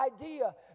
idea